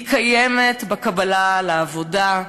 היא קיימת בקבלה לעבודה,